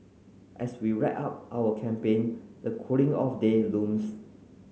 as we wrap up our campaign the cooling off day looms